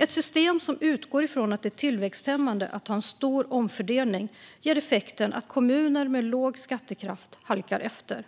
Ett system som utgår från att det är tillväxthämmande att ha en stor omfördelning ger effekten att kommuner med låg skattekraft halkar efter.